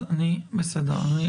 בסדר.